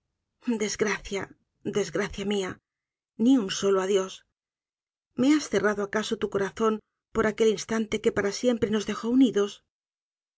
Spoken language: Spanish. desgracia desgracia mia ni un solo adiós me has cerrado acaso tu corazón por aquel instante que para siempre nos dejó unidos